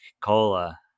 cola